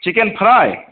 chicken fry